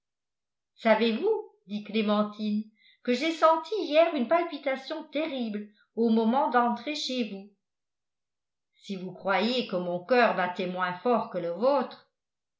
savez-vous dit clémentine que j'ai senti hier une palpitation terrible au moment d'entrer chez vous si vous croyez que mon coeur battait moins fort que le vôtre